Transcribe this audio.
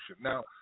Now